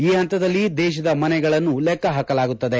ಈ ಹಂತದಲ್ಲಿ ದೇಶದ ಮನೆಗಳನ್ನು ಲೆಕ್ಕಹಾಕಲಾಗುತ್ತದೆ